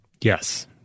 Yes